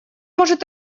может